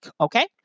okay